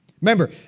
Remember